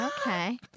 Okay